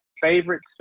favorite